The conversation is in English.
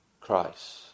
Christ